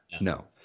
No